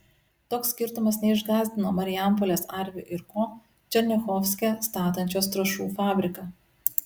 toks skirtumas neišgąsdino marijampolės arvi ir ko černiachovske statančios trąšų fabriką